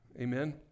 amen